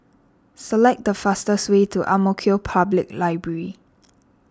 select the fastest way to Ang Mo Kio Public Library